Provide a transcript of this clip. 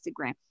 Instagram